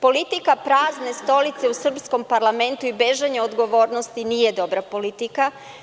Politika prazne stolice u srpskom parlamentu i bežanje odgovornosti nije dobra politika.